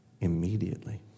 immediately